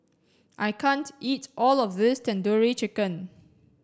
I can't eat all of this Tandoori Chicken